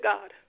God